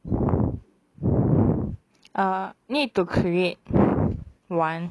ah need to create P P H one